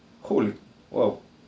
cool !wow!